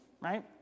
right